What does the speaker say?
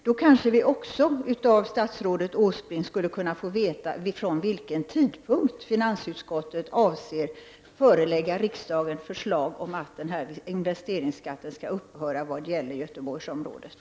Då kanske vi av statsrådet Åsbrink också skulle kunna få veta från vilken tidpunkt som den här investeringsavgiften, enligt det förslag som finansutskottet avser att förelägga riksdagen, skall upphöra när det gäller Göteborgsområdet.